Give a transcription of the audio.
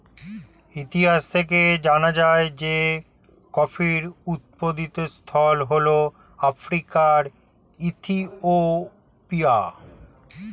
ইতিহাস থেকে জানা যায় যে কফির উৎপত্তিস্থল হল আফ্রিকার ইথিওপিয়া